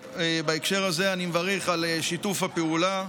ובהקשר הזה אני מברך על שיתוף הפעולה,